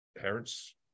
parents